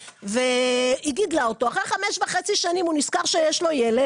היא גידלה אותו ואחרי חמש וחצי שנים הוא נזכר שיש לו ילד,